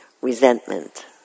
resentment